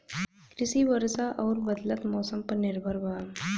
कृषि वर्षा आउर बदलत मौसम पर निर्भर बा